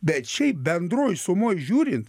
bet šiaip bendroj sumoj žiūrint